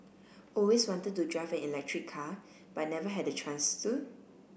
always wanted to drive an electric car but never had the chance to